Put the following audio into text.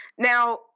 Now